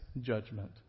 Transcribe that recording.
judgment